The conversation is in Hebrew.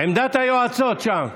עמדת היועצות שם,